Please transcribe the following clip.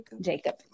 Jacob